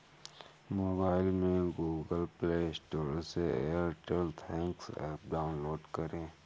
mobile में Google Play Store से Airtel thanks app download करें